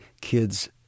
kids